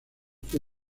que